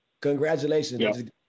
Congratulations